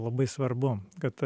labai svarbu kad